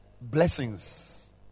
blessings